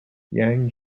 yang